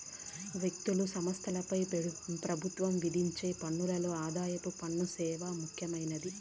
వ్యక్తులు, సంస్థలపై పెబుత్వం విధించే పన్నుల్లో ఆదాయపు పన్ను సేనా ముఖ్యమైంది